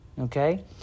Okay